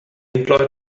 employed